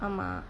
ah mah